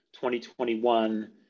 2021